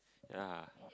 ya